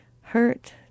hurt